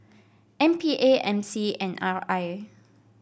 M P A M C and R I